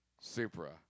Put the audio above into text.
Supra